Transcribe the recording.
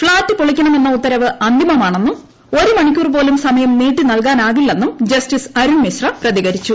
flat പൊളിക്കണമെന്ന ഉത്തരവ് അന്തിമമാണെന്നും മണിക്കൂർ പോലും സമയം നീട്ടിനൽകാനാകില്ലെന്നും ഒരു ജസ്റ്റിസ് അരുൺ മിശ്ര പ്രതികരിച്ചു